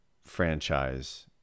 franchise